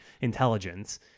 intelligence